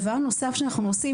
דבר נוסף שאנחנו עושים,